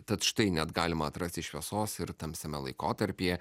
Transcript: tad štai net galima atrasti šviesos ir tamsiame laikotarpyje